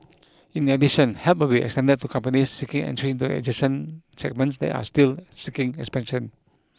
in addition help will be extended to companies seeking entry into adjacent segments that are still seeing expansion